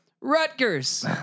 Rutgers